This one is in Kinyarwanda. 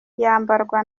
yambarwa